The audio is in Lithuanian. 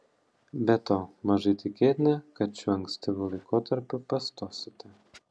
be to mažai tikėtina kad šiuo ankstyvu laikotarpiu pastosite